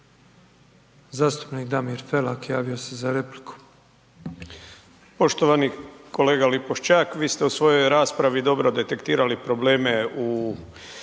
Zastupnik Damir Felak javio se za repliku.